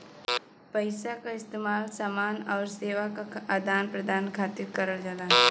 पइसा क इस्तेमाल समान आउर सेवा क आदान प्रदान खातिर करल जाला